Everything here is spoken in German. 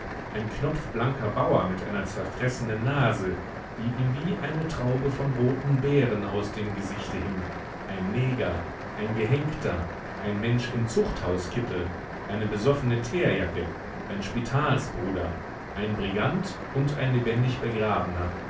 ein knopfblanker bauer mit einer zerfressenen nase die ihm wie eine traube von roten beeren aus dem gesichte hing ein neger ein gehenkter ein mensch im zuchthauskittel eine besoffene teerjacke ein spitalsbruder ein brigant und ein lebendig begrabener